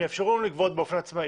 שאמר: אם יאפשרו לנו לגבות באופן עצמאי,